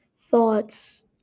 thoughts